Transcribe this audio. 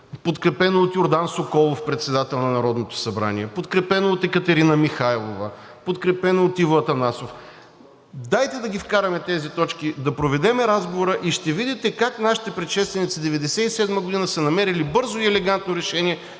подкрепено от Йордан Соколов – председател на Народното събрание, подкрепено от Екатерина Михайлова, подкрепено от Иво Атанасов. Дайте да ги вкараме тези точки, да проведем разговора и ще видите как нашите предшественици 1997 г. са намерили бързо и елегантно решение